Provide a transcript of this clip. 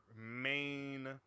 main